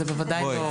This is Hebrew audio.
זה בוודאי לא אפשרי.